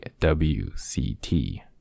WCT